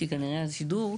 כי כנראה היה שידור,